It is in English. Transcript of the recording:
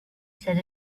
said